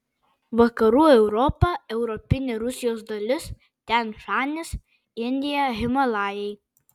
vakarų europa europinė rusijos dalis tian šanis indija himalajai